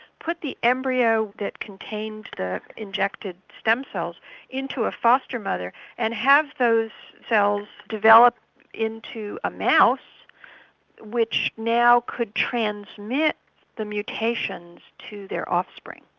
put the embryo that contained the injected stem cells into a foster mother and have those cells so develop into a mouse which now could transmit the mutations to their offspring.